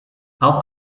auch